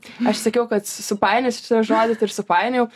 aš sakiau kad su supainiosiu šitą žodį tai ir supainiojau